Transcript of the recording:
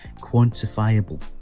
quantifiable